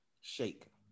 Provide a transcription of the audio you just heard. Shake